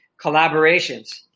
collaborations